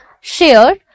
share